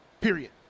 period